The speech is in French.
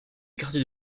quartiers